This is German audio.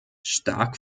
stark